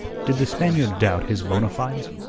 did the spaniard doubt his bona fides?